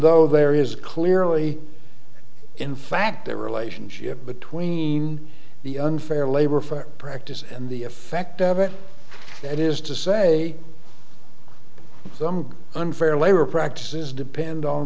though there is clearly in fact the relationship between the unfair labor for practice and the effect of it that is to say some unfair labor practices depend on